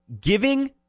giving